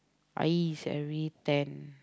Ayi is every ten